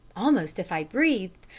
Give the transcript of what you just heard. almost if i breathed,